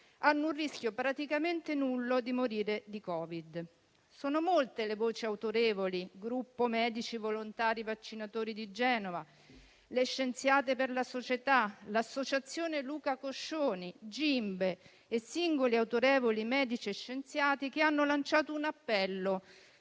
hanno un rischio praticamente nullo di morire di COVID; sono molte le voci autorevoli (Gruppo medici volontari vaccinatori di Genova, le Scienziate per la Società, l'associazione Luca Coscioni, Le Scienziate per la Scienza, GIMBE e singoli autorevoli medici e scienziati) che hanno lanciato un appello